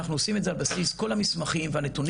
אנחנו עושים את זה על בסיס כל המסמכים והנתונים.